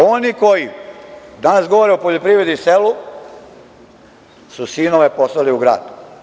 Oni koji danas govore o poljoprivredi i selu su sinove poslali u grad.